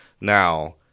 Now